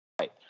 right